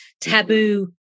taboo